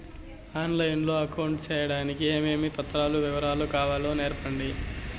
On line లో account సేయడానికి ఏమేమి పత్రాల వివరాలు కావాలో సెప్పండి?